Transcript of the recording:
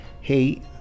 hey